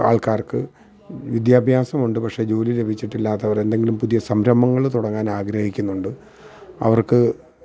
ആള്ക്കാര്ക്ക് വിദ്യാഭ്യാസമുണ്ട് പക്ഷെ ജോലി ലഭിച്ചിട്ടില്ലാത്തവര് എന്തെങ്കിലും പുതിയ സംരംഭങ്ങൾ തുടങ്ങാൻ ആഗ്രഹിക്കുന്നുണ്ട് അവര്ക്ക്